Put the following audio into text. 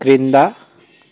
క్రింద